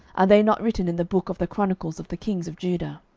are they not written in the book of the chronicles of the kings of judah?